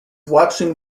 watching